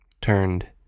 turned